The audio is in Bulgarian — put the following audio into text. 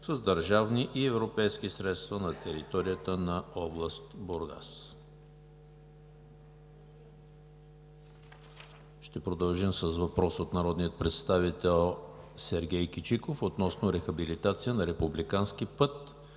с държавни и европейски средства на територията на област Бургас. Ще продължим с въпрос от народния представител Сергей Кичиков относно рехабилитация на републикански път